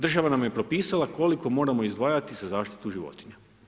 Država nam je propisala koliko moramo izdvajati za zaštitu životinja.